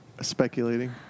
Speculating